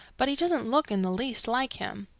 but he doesn't look in the least like him.